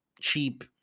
cheap